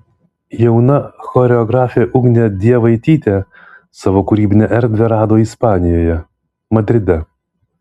jauna choreografė ugnė dievaitytė savo kūrybinę erdvę rado ispanijoje madride